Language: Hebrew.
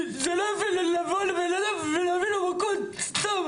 זה לא יפה לבוא לבן אדם ולהביא לו מכות סתם,